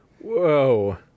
Whoa